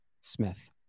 smith